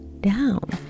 down